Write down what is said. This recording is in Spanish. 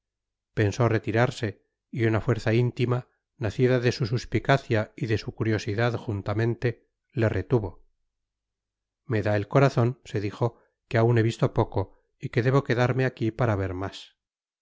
pensó retirarse y una fuerza íntima nacida de su suspicacia y de su curiosidad juntamente le retuvo me da el corazón se dijo que aún he visto poco y que debo quedarme aquí para ver más